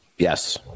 Yes